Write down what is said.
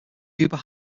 huber